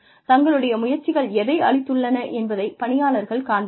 தங்களுடைய முயற்சிகள் எதை அளித்துள்ளன என்பதை பணியாளர்கள் காண்பார்கள்